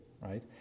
right